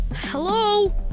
Hello